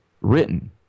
written